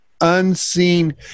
unseen